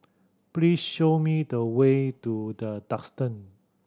please show me the way to The Duxton